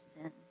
sin